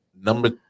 number